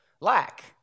lack